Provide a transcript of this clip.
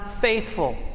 faithful